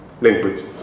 language